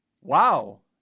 Wow